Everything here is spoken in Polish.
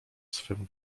swym